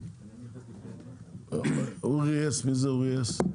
אורי הס.